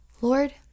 Lord